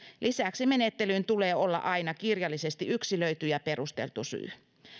lisäksi menettelyyn tulee olla aina kirjallisesti yksilöity ja perusteltu syy